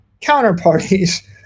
counterparties